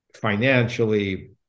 financially